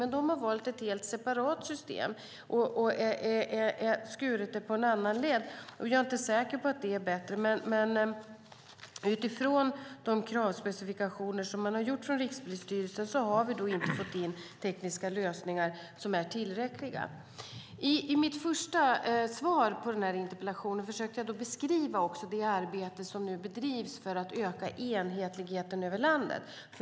De har dock valt ett helt separat system och skurit det på en annan ledd. Jag är inte säker på att det är bättre, men utifrån de kravspecifikationer Rikspolisstyrelsen har gjort har vi inte fått in tekniska lösningar som är tillräckliga. I mitt svar på interpellationen försökte jag också beskriva det arbete som nu bedrivs för att öka enhetligheten över landet.